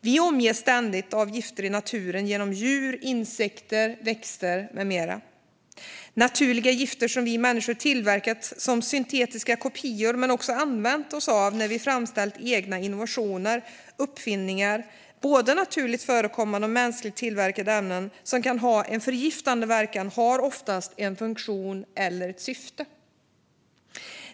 Vi omges ständigt av gifter i naturen genom djur, insekter, växter med mera - naturliga gifter som vi människor tillverkat som syntetiska kopior och också använt oss av när vi framställt egna innovationer och uppfinningar. Det handlar om både naturligt förekommande och mänskligt tillverkade ämnen som kan ha en förgiftande verkan, och de har ofta en funktion eller ett syfte.